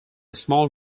small